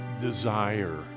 desire